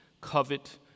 covet